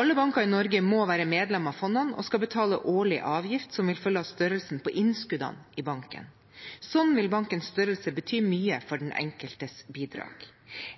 Alle banker i Norge må være medlem av fondene og skal betale årlig avgift som vil følge av størrelsen på innskuddene i banken. Sånn vil bankens størrelse bety mye for den enkeltes bidrag.